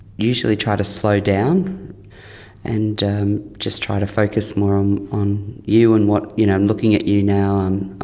usually try to slow down and just try to focus more um on you and what, you know, i'm looking at you now and